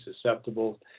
susceptible